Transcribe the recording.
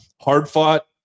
hard-fought